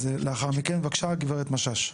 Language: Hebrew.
בבקשה, גברת משש.